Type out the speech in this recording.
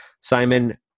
Simon